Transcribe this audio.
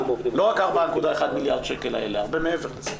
לא רק ה-4.1 מיליארד שקל האלה, הרבה מעבר לזה.